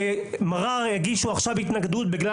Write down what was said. מגאר הגישו התנגדות בבית המשפט בגלל